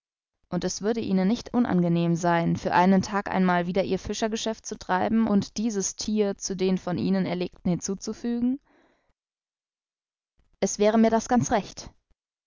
und es würde ihnen nicht unangenehm sein für einen tag einmal wieder ihr fischergeschäft zu treiben und dieses thier zu den von ihnen erlegten hinzuzufügen es wäre mir das ganz recht